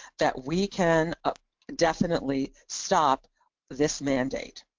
that we can ah definitely stop this mandate.